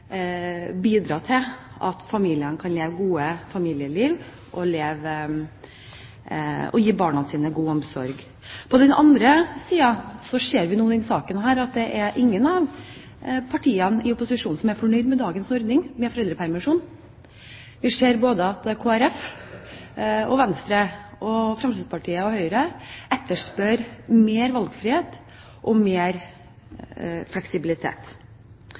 bidra til at familiene kan leve gode familieliv og gi barna sine god omsorg. På den annen side ser vi nå i denne saken at det er ingen av partiene i opposisjonen som er fornøyd med dagens ordning med foreldrepermisjon. Vi ser at både Kristelig Folkeparti, Venstre, Fremskrittspartiet og Høyre etterspør mer valgfrihet og mer fleksibilitet.